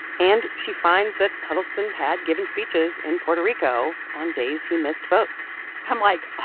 and she finds that huddleston had given speeches in puerto rico on days he missed votes i'm, like, oh,